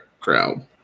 crowd